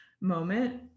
moment